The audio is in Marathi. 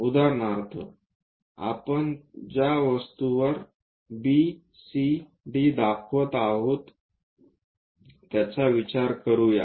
उदाहरणार्थ आपण ज्या वस्तू वर बी सी डी दाखवत आहोत त्याचा विचार करूया